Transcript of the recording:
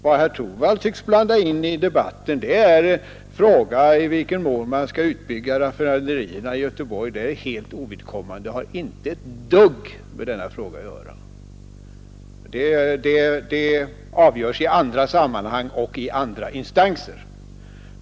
Vad herr Torwald tycks blanda in i debatten är en fråga om i vad mån man skall utbygga raffinaderierna i Göteborg. Det är helt ovidkommande i detta sammanhang och har inte ett dugg med denna fråga att göra. Det avgörs i andra sammanhang och i andra instanser.